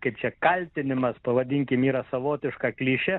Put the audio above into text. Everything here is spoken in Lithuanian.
kaip čia kaltinimas pavadinkim yra savotiška klišė